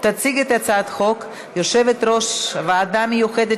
תציג את הצעת החוק יושבת-ראש הוועדה המיוחדת